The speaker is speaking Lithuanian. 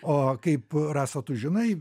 o kaip rasa tu žinai